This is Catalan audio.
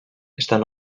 estan